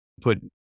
put